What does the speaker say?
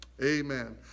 Amen